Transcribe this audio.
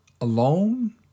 alone